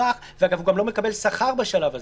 אגב, הוא גם לא מקבל שכר בשלב הזה.